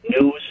news